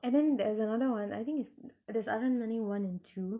and then there's another one I think it's there's aranmanai one and two